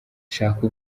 shaka